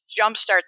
jumpstart